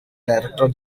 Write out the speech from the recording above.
director